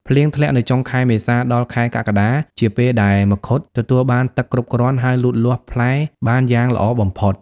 ភ្លៀងធ្លាក់នៅចុងខែមេសាដល់ខែកក្កដាជាពេលដែលមង្ឃុតទទួលបានទឹកគ្រប់គ្រាន់ ហើយលូតលាស់ផ្លែបានយ៉ាងល្អបំផុត។